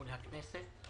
מול הכנסת.